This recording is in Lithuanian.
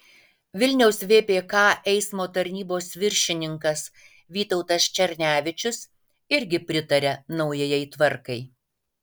vilniaus vpk eismo tarnybos viršininkas vytautas černevičius irgi pritaria naujajai tvarkai